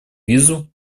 визу